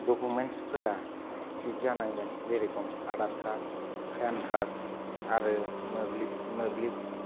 डकुमेन्ट्सफोरा थिग जनांगोन जेरखम आधार कार्ड पेन कार्ड आरो मोब्लिब